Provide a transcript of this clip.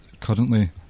currently